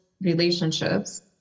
relationships